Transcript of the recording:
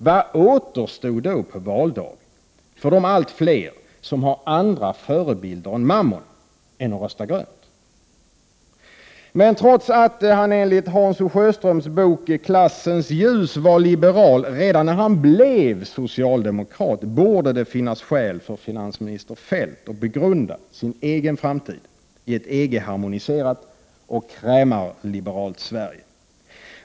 Vad återstod då på valdagen för de allt fler som har andra förebilder än mammon än att rösta grönt? Men trots att han enligt Hans O Sjöströms bok ”Klassens ljus” var liberal redan när han blev socialdemokrat borde det finnas skäl för finansminister Feldt att begrunda sin egen framtid i ett EG-harmoniserat och krämarliberalt Sverige.